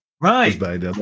right